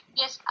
yes